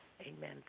Amen